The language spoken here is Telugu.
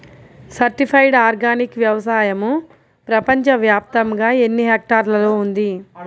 సర్టిఫైడ్ ఆర్గానిక్ వ్యవసాయం ప్రపంచ వ్యాప్తముగా ఎన్నిహెక్టర్లలో ఉంది?